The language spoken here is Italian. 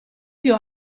più